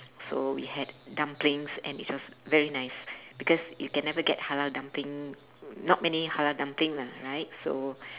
so we had dumplings and it was very nice because you can never get halal dumpling not many halal dumpling lah right so